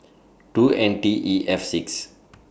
two N T E F six